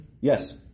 Yes